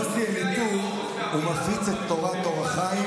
יוסי אליטוב מפיץ את תורת אור החיים